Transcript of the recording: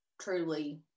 truly